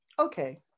Okay